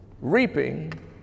reaping